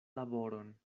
laboron